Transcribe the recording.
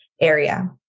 area